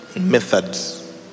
methods